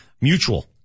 mutual